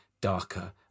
darker